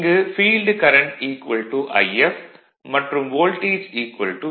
இங்கு field current If மற்றும் voltage V